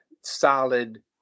solid